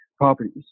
properties